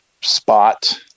spot